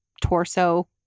torso